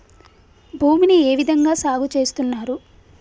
భూమిని ఏ విధంగా సాగు చేస్తున్నారు?